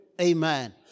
Amen